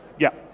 yeah.